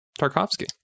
Tarkovsky